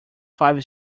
five